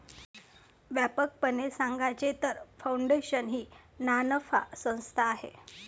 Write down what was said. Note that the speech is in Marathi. व्यापकपणे सांगायचे तर, फाउंडेशन ही नानफा संस्था आहे